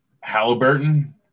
Halliburton